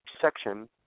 section